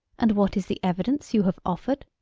and what is the evidence you have offered?